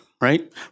right